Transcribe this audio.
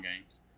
games